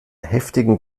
heftigen